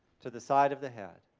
to the side of the head,